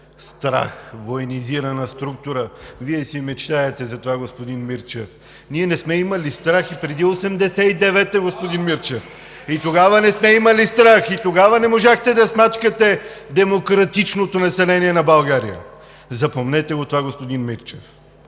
страх, военизирана структура!? Вие си мечтаете за това, господин Мирчев. Ние не сме имали страх и преди 1989 г., господин Мирчев. И тогава не сме имали страх. И тогава не можахте да смачкате демократичното население на България. Запомнете го това, господин Мирчев!